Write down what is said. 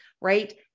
right